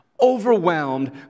overwhelmed